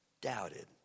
doubted